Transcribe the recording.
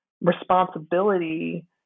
responsibility